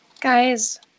Guys